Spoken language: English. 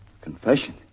Confession